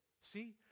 See